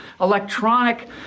electronic